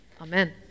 amen